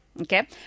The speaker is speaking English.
okay